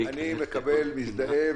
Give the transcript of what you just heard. אני מקבל, מזדהה